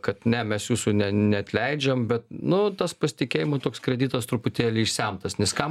kad ne mes jūsų ne neatleidžiam bet nu tas pasitikėjimo toks kreditas truputėlį išsemtas nes kam